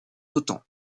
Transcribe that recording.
autant